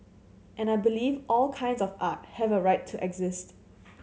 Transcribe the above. and I believe all kinds of art have a right to exist